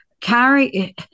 Carrie